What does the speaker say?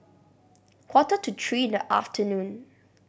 quarter to three in the afternoon